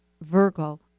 Virgo